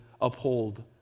uphold